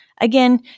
Again